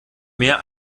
mehr